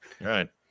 Right